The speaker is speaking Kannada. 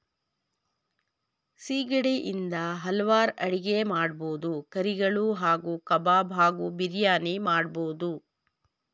ಸಿಗಡಿ ಇಂದ ಹಲ್ವಾರ್ ಅಡಿಗೆ ಮಾಡ್ಬೋದು ಕರಿಗಳು ಹಾಗೂ ಕಬಾಬ್ ಹಾಗೂ ಬಿರಿಯಾನಿ ಮಾಡ್ಬೋದು